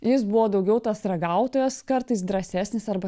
jis buvo daugiau tas ragautojas kartais drąsesnis arba